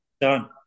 Done